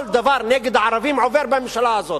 כל דבר נגד הערבים עובר בממשלה הזאת.